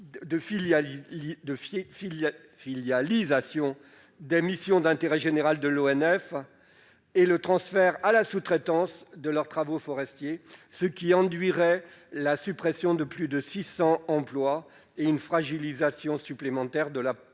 de filialisation des missions d'intérêt général de l'ONF et d'externalisation de leurs travaux forestiers, ce qui conduirait à la suppression de plus de 600 emplois et à la fragilisation supplémentaire de la protection